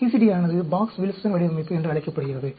CCD ஆனது Box Wilson வடிவமைப்பு என்று அழைக்கப்படுகிறது